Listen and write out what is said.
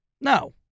No